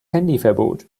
handyverbot